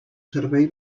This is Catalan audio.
servei